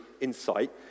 insight